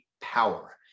power